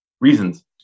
reasons